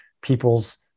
people's